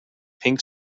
pink